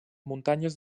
muntanyes